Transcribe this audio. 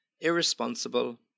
irresponsible